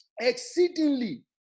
Exceedingly